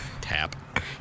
Tap